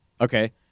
okay